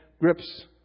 grips